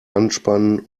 anspannen